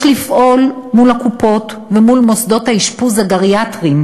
יש לפעול מול הקופות ומול מוסדות האשפוז הגריאטריים